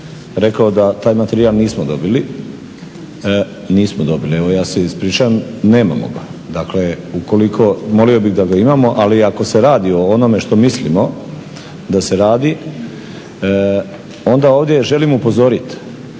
rekao da taj materijal nismo dobili, nismo dobili. Evo ja se ispričavam, nemamo ga. Dakle, ukoliko, molio bih da ga imao, ali ako se radi o onome što mislimo da se radi, onda ovdje želim upozorit.